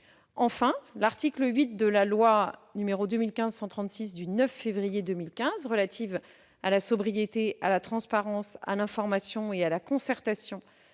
Enfin, l'article 8 de la loi n° 2015-136 du 9 février 2015 relative à la sobriété, à la transparence, à l'information et à la concertation